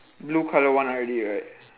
blue colour one already right